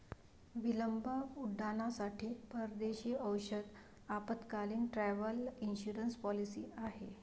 विलंब उड्डाणांसाठी परदेशी औषध आपत्कालीन, ट्रॅव्हल इन्शुरन्स पॉलिसी आहे